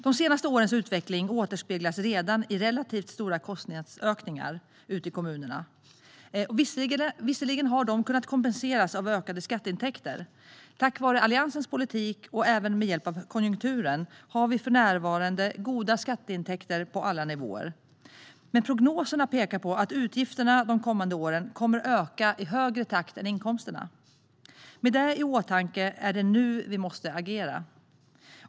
De senaste årens utveckling återspeglas redan i relativt stora kostnadsökningar ute i kommunerna. Visserligen har de kunnat kompenseras av ökade skatteintäkter - tack vare Alliansens politik och även med hjälp av konjunkturen har vi för närvarande goda skatteintäkter på alla nivåer. Men prognoserna pekar på att utgifterna de kommande åren kommer att öka i högre takt än inkomsterna. Med det i åtanke är det nu vi måste agera.